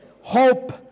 hope